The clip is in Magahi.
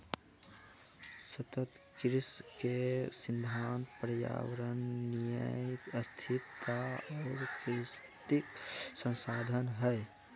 सतत कृषि के सिद्धांत पर्यावरणीय स्थिरता और प्राकृतिक संसाधन हइ